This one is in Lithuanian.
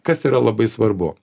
kas yra labai svarbu